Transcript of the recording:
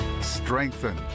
strengthen